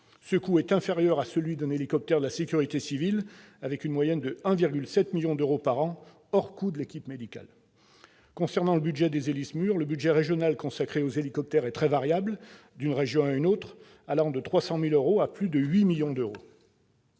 Ce coût est inférieur à celui d'un hélicoptère de la sécurité civile avec une moyenne de 1,75 million d'euros par an hors coût de l'équipe médicale. Concernant les Héli-SMUR, le budget régional consacré aux hélicoptères est très variable d'une région à une autre, allant de 300 000 euros à plus de 8 millions d'euros.